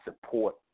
support